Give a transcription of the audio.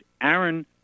Aaron